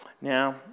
Now